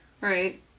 Right